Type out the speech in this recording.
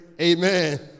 amen